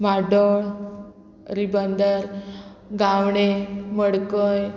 म्हाड्डोळ रिबंदर गावणें मडकय